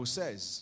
says